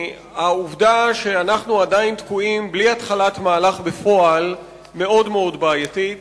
העובדה שאנחנו עדיין תקועים בלי התחלה של מהלך בפועל מאוד מאוד בעייתית.